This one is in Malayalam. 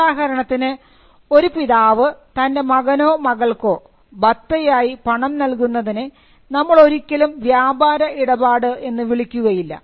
ഉദാഹരണത്തിന് ഒരു പിതാവ് തൻറെ മകനോ മകൾക്കോ ബത്തയായി പണം നൽകുന്നതിനെ നമ്മൾ ഒരിക്കലും വ്യാപാര ഇടപാട് എന്ന് വിളിക്കുകയില്ല